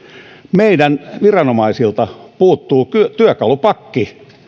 meidän viranomaisiltamme puuttuu työkalupakki